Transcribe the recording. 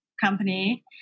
company